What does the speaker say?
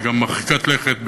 היא גם מרחיקת לכת,